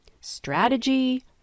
strategy